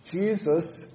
Jesus